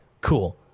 cool